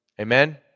Amen